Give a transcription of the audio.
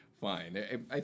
fine